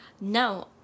no